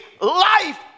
life